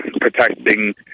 protecting